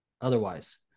otherwise